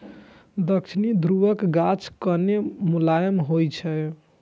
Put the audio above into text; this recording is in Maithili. दक्षिणी ध्रुवक गाछ कने मोलायम होइ छै